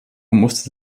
musste